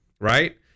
right